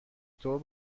طور